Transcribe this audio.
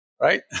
right